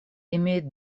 имеет